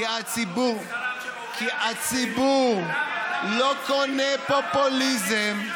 כי הציבור לא קונה פופוליזם.